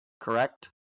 Correct